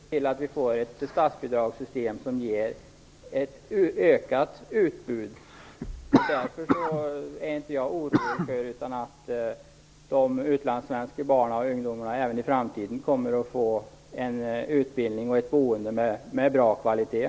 Herr talman! Jag tycker att vi skall se till att vi får ett statsbidragssystem som ger ett ökat utbud. Jag är inte orolig. De utlandssvenska barnen och ungdomarna kommer även i framtiden att få en utbildning och ett boende med bra kvalitet.